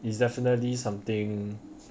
is definitely something